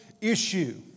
issue